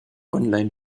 online